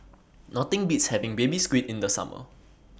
Nothing Beats having Baby Squid in The Summer